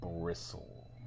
bristle